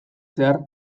zehar